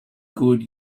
could